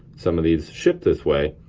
some of these ship this way,